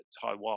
Taiwan